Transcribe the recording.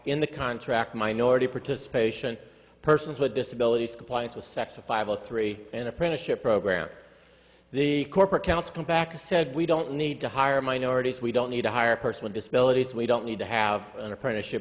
in the contract minority participation persons with disabilities compliance with sex of five or three an apprenticeship program the corporate counts come back to said we don't need to hire minorities we don't need to hire a person with disabilities we don't need to have an apprenticeship